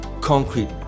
concrete